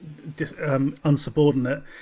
unsubordinate